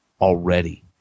already